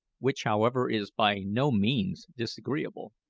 which, however, is by no means disagreeable.